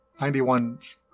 91